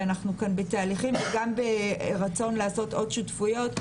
ואנחנו בתהליכים גם ברצון לעשות עוד שותפויות.